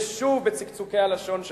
ושוב בצקצוקי הלשון שלה,